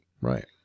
Right